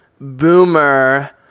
Boomer